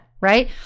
right